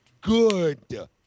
good